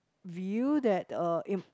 view that uh if